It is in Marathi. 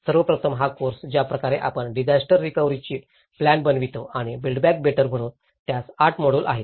सर्वप्रथम हा कोर्स ज्या प्रकारे आपण डिझास्टर रिकव्हरीची प्लॅन बनवितो आणि बिल्ड बॅक बेटर म्हणून त्यास 8 मॉड्यूल आहेत